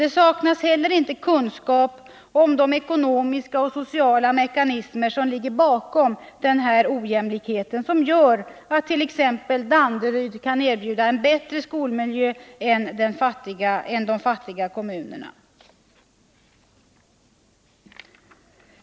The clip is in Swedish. Det saknas inte heller kunskap om de ekonomiska och sociala mekanismer som ligger bakom den här ojämlikheten och som gör att t.ex. Danderyd kan erbjuda bättre skolmiljö än de fattiga kommunerna.